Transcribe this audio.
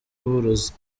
uburozi